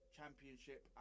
Championship